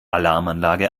alarmanlage